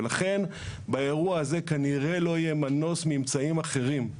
ולכן באירוע הזה כנראה לא יהיה מנוס מאמצעים אחרים.